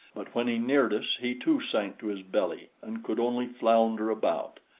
but when he neared us he too sank to his belly and could only flounder about.